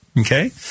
Okay